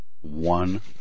one